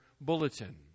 bulletin